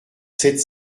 sept